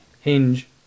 hinge